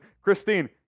Christine